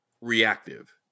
reactive